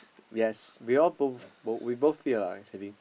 yes we all both we both fear lah actually